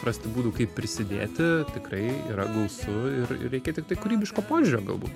rasti būdų kaip prisidėti tikrai yra gausu ir reikia tiktai kūrybiško požiūrio galbū